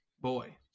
Boy